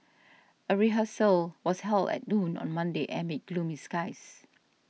a rehearsal was held at noon on Monday amid gloomy skies